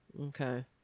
Okay